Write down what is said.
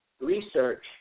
research